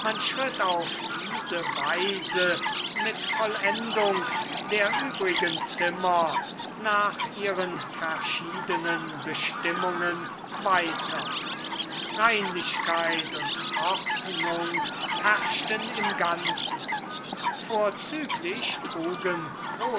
schritt auf diese weise mit vollendung der übrigen zimmer nach ihren verschiedenen bestimmungen weiter reinlichkeit und ordnung herrschten im ganzen vorzüglich trugen